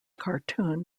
cartoon